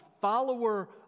follower